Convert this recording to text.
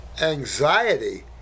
Anxiety